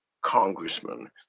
congressman